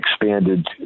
expanded